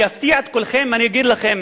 אני אפתיע את כולכם ואני אגיד לכם,